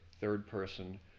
third-person